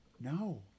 no